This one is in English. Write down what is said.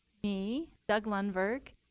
me, doug lundberg.